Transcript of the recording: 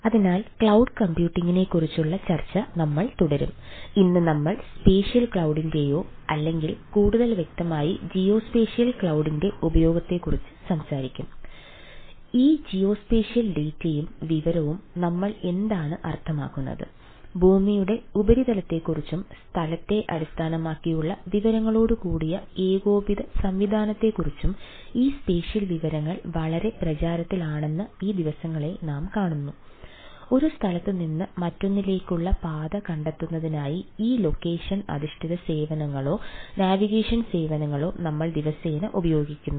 അതിനാൽ ക്ലൌഡ് കമ്പ്യൂട്ടിംഗി സേവനങ്ങളോ നമ്മൾ ദിവസേന ഉപയോഗിക്കുന്നു